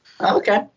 Okay